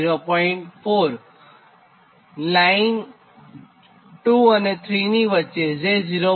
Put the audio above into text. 4 line બસ 2 3 વચ્ચે j0